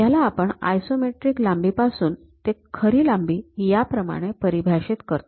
याला आपण आयसोमीट्रिक लांबी पासून ते खरी लांबी याप्रमाणे परिभाषित करतो